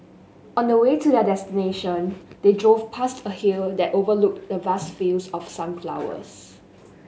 on the way to their destination they drove past a hill that overlooked the vast fields of sunflowers